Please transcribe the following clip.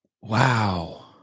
Wow